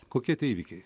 kokie tie įvykiai